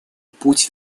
путь